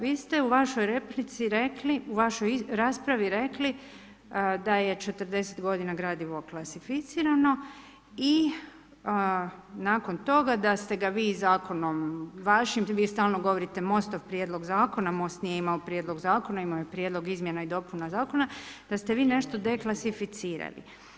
Vi ste u vašoj raspravi rekli da je 40 godina gradivo klasificirano i nakon toga da ste ga vi zakonom vašim, vi stalno govorite MOST-ov prijedlog zakona, MOST nije imao prijedlog zakona, imao je prijedlog izmjena i dopuna zakona, da ste vi nešto deklasificirali.